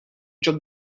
drug